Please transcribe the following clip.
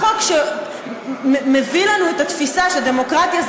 החוק שמביא לנו את התפיסה שדמוקרטיה זה